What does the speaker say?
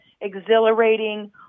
exhilarating